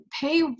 pay